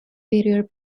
brier